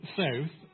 south